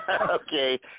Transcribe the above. okay